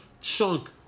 chunk